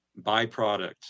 byproduct